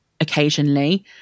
occasionally